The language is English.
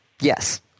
Yes